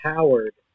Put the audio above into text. Howard